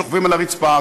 שוכבים על הרצפה,